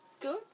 good